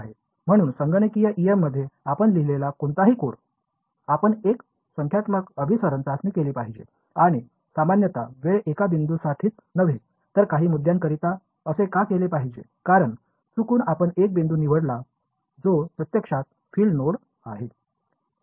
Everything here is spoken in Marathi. म्हणून संगणकीय em मध्ये आपण लिहिलेला कोणताही कोड आपण एक संख्यात्मक अभिसरण चाचणी केली पाहिजे आणि सामान्यत केवळ एका बिंदूसाठीच नव्हे तर काही मुद्द्यांकरिता असे का केले पाहिजे कारण चुकून आपण एक बिंदू निवडला जो प्रत्यक्षात फील्ड नोड आहे